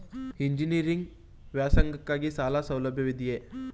Engineering ವ್ಯಾಸಂಗಕ್ಕಾಗಿ ಸಾಲ ಸೌಲಭ್ಯವಿದೆಯೇ?